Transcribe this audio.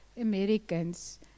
Americans